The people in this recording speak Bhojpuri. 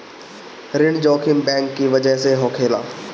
ऋण जोखिम बैंक की बजह से होखेला